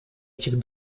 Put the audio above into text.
этих